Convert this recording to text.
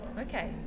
Okay